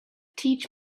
teach